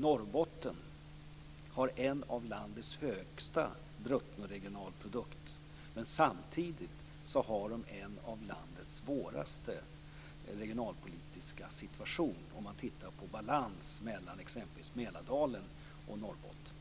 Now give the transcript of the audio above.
Norrbotten har en av landets högsta bruttoregionalprodukter, men samtidigt har man en av landets svåraste regionalpolitiska situationer. Det ser man om man tittar på balansen mellan exempelvis Mälardalen och Norrbotten.